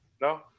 No